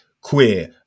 queer